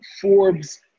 Forbes